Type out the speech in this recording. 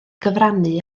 gyfrannu